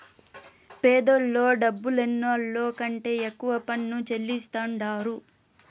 పేదోల్లే డబ్బులున్నోళ్ల కంటే ఎక్కువ పన్ను చెల్లిస్తాండారు